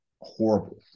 horrible